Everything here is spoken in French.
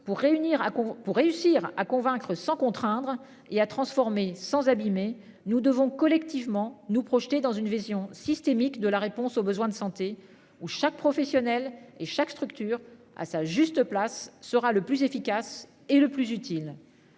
pour réussir à convaincre sans contraindre et à transformer sans abîmer nous devons collectivement nous projeter dans une vision systémique de la réponse aux besoins de santé où chaque professionnel et chaque structure à sa juste place sera le plus efficace et le plus utile.